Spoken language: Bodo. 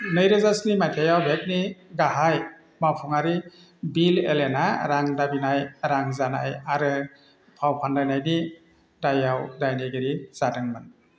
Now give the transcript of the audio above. नैरोजा स्नि मायथाइयाव भेक'नि गाहाय मावफुंआरि बिल एलेना रां दाबिनाय रां जानाय आरो फाव फान्दायनायनि दायआव दायनिगिरि जादोंमोन